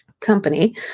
company